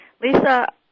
Lisa